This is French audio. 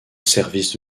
service